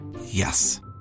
Yes